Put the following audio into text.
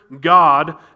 God